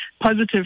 positive